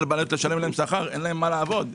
אין להם מה לעבוד.